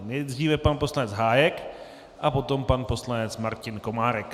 Nejdříve pan poslanec Hájek a potom pan poslanec Martin Komárek.